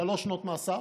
שלוש שנות מאסר,